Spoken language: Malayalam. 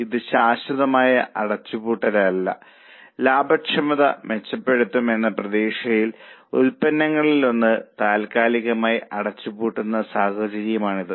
ഇത് ശാശ്വതമായ അടച്ചുപൂട്ടലല്ല ലാഭക്ഷമത മെച്ചപ്പെടുത്തുമെന്ന പ്രതീക്ഷയിൽ ഉൽപ്പന്നങ്ങളിലൊന്ന് താൽക്കാലികമായി അടച്ചുപൂട്ടുന്ന സാഹചര്യമാണിത്